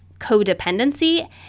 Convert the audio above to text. codependency